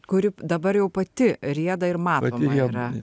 kuri dabar jau pati rieda ir matoma yra